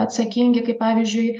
atsakingi kaip pavyzdžiui